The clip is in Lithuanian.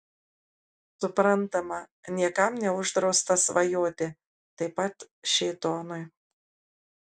suprantama niekam neuždrausta svajoti taip pat šėtonui